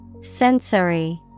Sensory